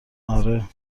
آره